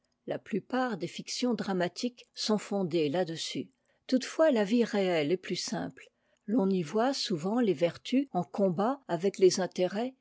la plupart des fictions dramatiques sont fondées là-dessus toutefois la vie réeffe est plus simple f'on y voit souvent les vertus en combat avec les intérêts